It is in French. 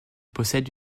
possède